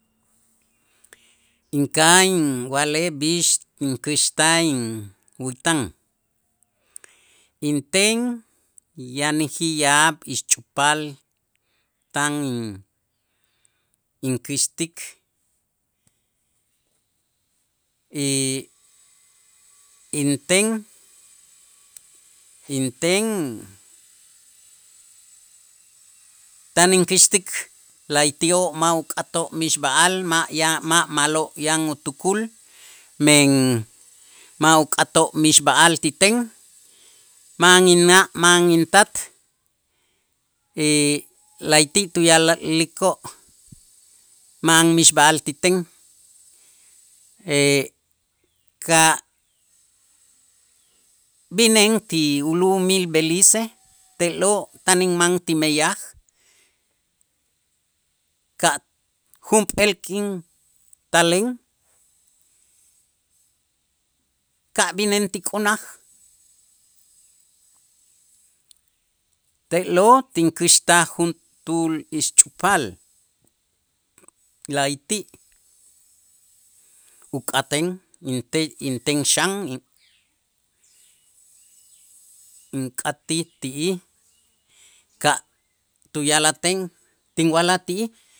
Inka'aj inwa'lej b'ix inkuxta in ätan inten yanäjij yaab' ixch'upaal tan in- inkäxtik y inten inten tan inkäxtik la'ayti'oo' ma' uk'atoo' mixb'a'al ma' ya ma' ma'lo' yan utukul, men ma' uk'atoo' mixb'a'al ti ten ma'an inna', ma'an intat y la'ayti' tuya'laj likoo' ma'an mixb'a'al ti ten ka' b'ineen ti ulu'umil belize te'lo' tan inman ti meyaj ka' junp'eel k'in taleen ka' bineen ti k'unaj te'lo' tinkäxtaj juntuul ixch'upaal, la'ayti' uk'aten inte inten xan, ink'atij ti'ij ka' tuya'lajten tinwa'laj ti'ij.